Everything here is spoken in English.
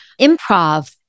improv